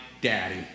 daddy